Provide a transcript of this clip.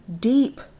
deep